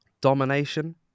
domination